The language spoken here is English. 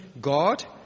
God